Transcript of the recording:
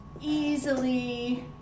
easily